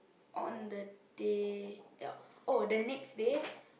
on the day ya oh the next day